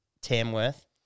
Tamworth